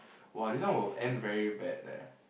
!wow! this one will end very bad leh